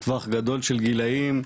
טווח גדול של גילאים,